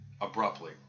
abruptly